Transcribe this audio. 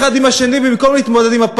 חבר הכנסת חסון,